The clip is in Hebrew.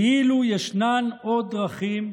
כאילו יש עוד דרכים,